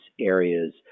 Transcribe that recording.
areas